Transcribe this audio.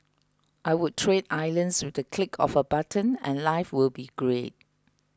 I would trade islands with the click of a button and life would be great